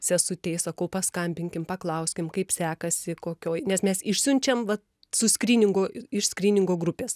sesutei sakau paskambinkim paklauskim kaip sekasi kokioj nes mes išsiunčiam vat su skryningu iš skryningo grupės